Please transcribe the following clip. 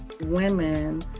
women